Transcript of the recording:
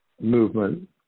movement